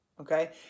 Okay